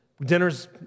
Dinner's